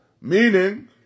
Meaning